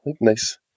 nice